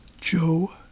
Joe